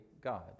God